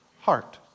heart